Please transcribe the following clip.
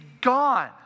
gone